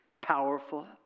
powerful